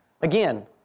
Again